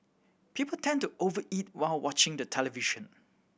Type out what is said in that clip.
people tend to over eat while watching the television